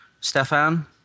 Stefan